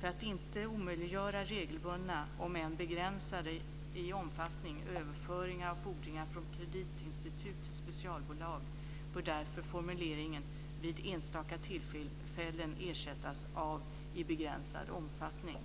För att inte omöjliggöra regelbundna, om än begränsade i omfattning, överföringar av fordringar från kreditinstitut till specialbolag bör därför formuleringen "vid enstaka tillfällen" ersättas av "i begränsad omfattning".